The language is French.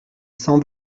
cent